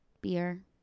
Beer